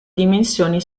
dimensioni